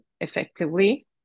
effectively